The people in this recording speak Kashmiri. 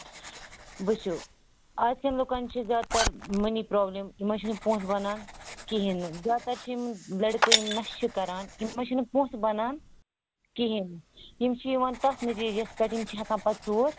وُچھِو اَزکٮ۪ن لوٗکَن چھِ زیاد تر مٔنی پرٛابلم یمن چھُ نہٕ پۅنٛسہٕ بَنان کِہیٖنٛۍ نہٕ زیاد تر چھِ یِم لٔڑکہٕ یِم نَشہٕ چھِ کَران یمن چھِ نہٕ پۅنٛسہٕ بَنان کِہیٖنٛۍ نہٕ یِم چھِ یِوان تتھ نتیجَس پٮ۪ٹھ یِم چھِ ہٮ۪کان پَتہٕ ژوٗر